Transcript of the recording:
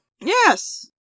Yes